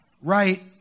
right